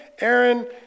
Aaron